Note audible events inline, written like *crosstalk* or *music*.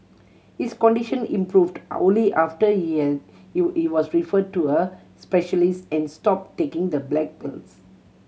his condition improved only after *unintelligible* was referred to a specialist and stopped taking the black pills